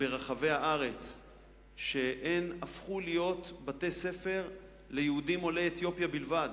ברחבי הארץ שהפכו להיות בתי-ספר ליהודים עולי אתיופיה בלבד,